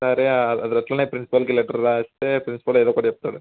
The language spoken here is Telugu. సరే అది అట్లనే ప్రిన్సిపల్కి లెటర్ వ్రాస్తే ప్రిన్సిపల్ ఏదో ఒకటి చెప్తాడు